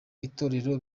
itorero